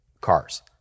cars